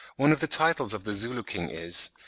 one of the titles of the zulu king is,